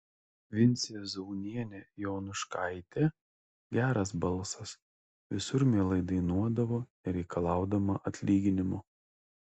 vincė zaunienė jonuškaitė geras balsas visur mielai dainuodavo nereikalaudama atlyginimo